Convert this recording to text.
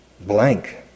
blank